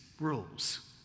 rules